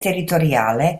territoriale